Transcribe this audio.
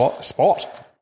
spot